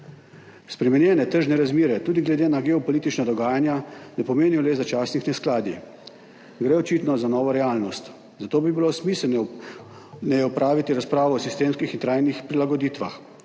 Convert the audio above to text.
Spremenjene tržne razmere tudi glede na geopolitična dogajanja ne pomenijo le začasnih neskladij, gre očitno za novo realnost, zato bi bilo smiselno opraviti razpravo o sistemskih in trajnih prilagoditvah.